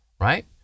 right